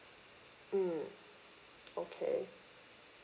mm okay